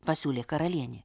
pasiūlė karalienė